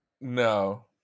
no